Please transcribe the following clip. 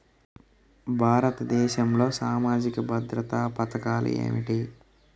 భారతదేశంలో సామాజిక భద్రతా పథకాలు ఏమిటీ?